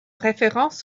référence